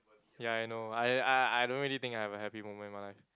ya I know I I I I don't really think I have a happy moment in my life